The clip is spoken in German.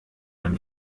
man